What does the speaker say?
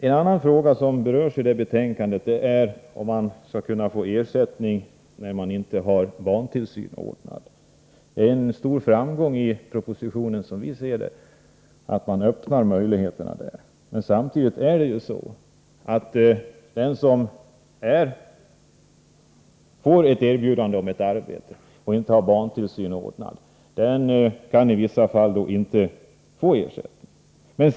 En annan fråga som berörs i betänkandet är om man skall kunna få ersättning när man inte har barntillsyn ordnad. Som vi ser det är det en stor framgång att man i propositionen öppnar möjligheter till detta. Men den som får erbjudande om arbete och inte har barntillsyn ordnad kan i vissa fall inte få ersättning.